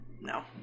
no